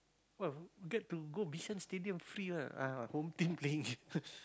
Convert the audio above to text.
what get to go Bishan stadium free one ah Home-Team playing